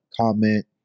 comment